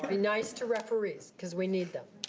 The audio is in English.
be nice to referees because we need them.